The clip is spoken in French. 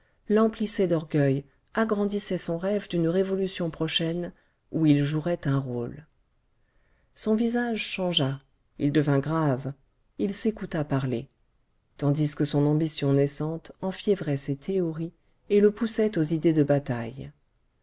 l'emplissait d'orgueil agrandissait son rêve d'une révolution prochaine où il jouerait un rôle son visage changea il devint grave il s'écouta parler tandis que son ambition naissante enfiévrait ses théories et le poussait aux idées de bataille